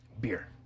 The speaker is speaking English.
beer